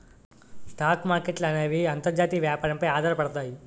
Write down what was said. stock మార్కెట్ల అనేవి అంతర్జాతీయ వ్యాపారం పై ఆధారపడతాయి